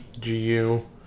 GU